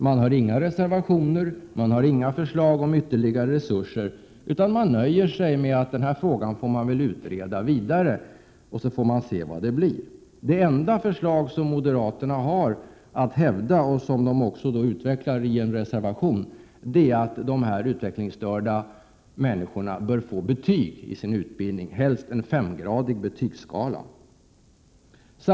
De har inga reservationer och inga förslag om ytterligare resurser, utan de nöjer sig med att den här frågan får väl utredas vidare, och så får vi se vad det blir. Det enda förslag som moderaterna har att hävda och som de också utvecklar i en reservation är att även utvecklingsstörda bör få betyg i sin utbildning, helst efter en femgradig betygsskala.